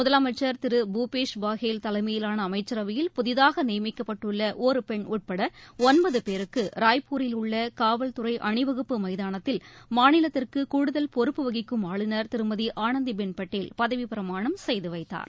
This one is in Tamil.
முதலமைச்சர் திரு பூபேஷ் பாஹேல் தலைமையிலான அமைச்சரவையில் புதிதாக நியமிக்கப்பட்டுள்ள ஒரு பெண் உட்பட ஒன்பது பேருக்கு ராய்ப்பூரில் உள்ள காவல்துறை அணிவகுப்பு மைதானத்தில் மாநிலத்துக்கு கூடுதல் பொறுப்பு வகிக்கும் ஆளுநர் திருமதி ஆனந்திபென் பட்டேல் பதவிப் பிரமாணம் செய்து வைத்தார்